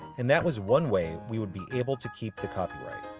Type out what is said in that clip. and that was one way we would be able to keep the copyright.